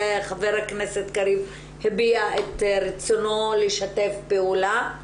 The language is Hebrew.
ח"כ קריב הביע את רצונו לשתף פעולה.